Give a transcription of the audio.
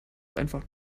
einfach